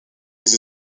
les